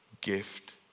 Gift